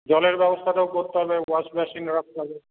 জলের ব্যবস্থাটাও করতে হবে ওয়াশ বেসিন রাখতে হবে